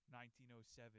1907